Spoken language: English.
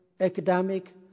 academic